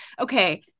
Okay